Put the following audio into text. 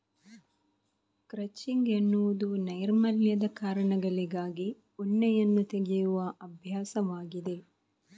crutching ಎನ್ನುವುದು ನೈರ್ಮಲ್ಯದ ಕಾರಣಗಳಿಗಾಗಿ ಉಣ್ಣೆಯನ್ನು ತೆಗೆಯುವ ಅಭ್ಯಾಸವಾಗಿದೆ